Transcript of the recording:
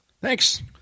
Thanks